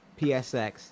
PSX